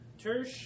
Tersh